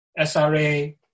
SRA